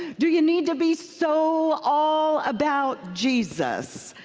do you need to be so all about jesus?